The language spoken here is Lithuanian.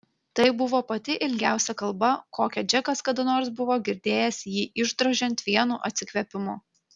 tai buvo pati ilgiausia kalba kokią džekas kada nors buvo girdėjęs jį išdrožiant vienu atsikvėpimu